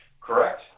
Correct